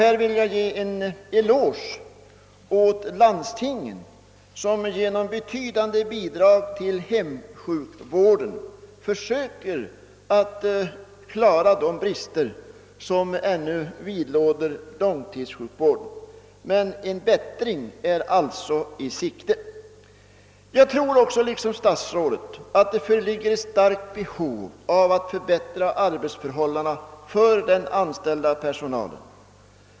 Här vill jag ge en eloge åt landstingen, som genom betydande bidrag till hemsjukvården försöker klara de brister som ännu vidlåder långtidssjukvården. En bättring är alltså i sikte. Liksom statsrådet tror jag att det föreligger ett starkt behov av att förbättra arbetsförhållandena för den anställda personalen.